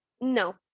No